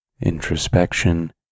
introspection